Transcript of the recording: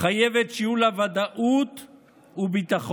חייבת שיהיו לה ודאות וביטחון,